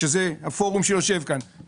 שזה הפורום שיושב כאן,